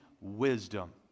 wisdom